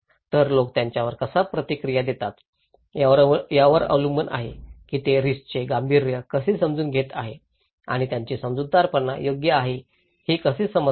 तर लोक त्यावर कसा प्रतिक्रिया देतात यावर अवलंबून आहे की ते रिस्कचे गांभीर्य कसे समजून घेत आहेत आणि त्यांची समजूतदारपणा योग्य आहे हे कसे समजतात